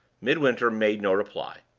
midwinter made no reply.